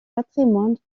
patrimoine